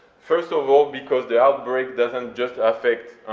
first of all, because the outbreak doesn't just affect